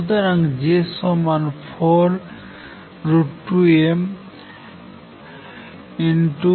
সুতরাং J সমান 42mm20A√dx